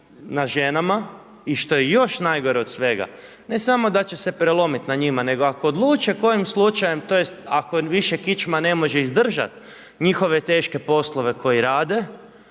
na ženama i što je još najgore od svega, ne samo da će se prelomit na njima, nego ako odluče kojim slučajem, tj. ako više kičma ne može izdržat njihove teške poslove koje rade,